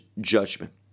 judgment